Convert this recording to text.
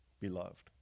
beloved